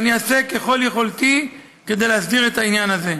ואעשה ככל יכולתי כדי להסדיר את העניין הזה.